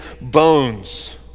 bones